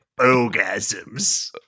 orgasms